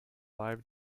live